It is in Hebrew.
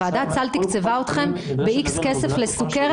ועדת הסל תקצבה אתכם ב-X כסף לסוכרת.